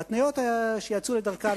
ההתניות שיצאו לדרכן,